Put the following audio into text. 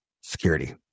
security